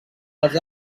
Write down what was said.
els